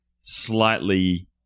slightly